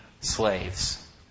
slaves